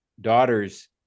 daughters